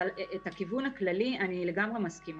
אבל הכיוון הכללי, אני לגמרי מסכימה.